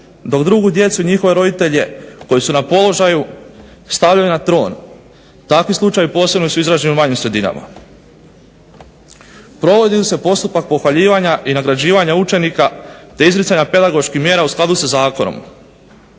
dok drugu djecu i njihove roditelje koji su na položaju stavljaju na tron. Takvi slučajevi posebno su izraženi u manjim sredinama. Provodi li se postupak pohvaljivanja i nagrađivanja učenika te izricanja pedagoških mjera u skladu sa Zakonom.